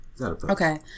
Okay